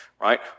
right